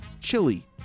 chili